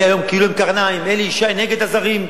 אני היום כאילו עם קרניים, אלי ישי נגד הזרים.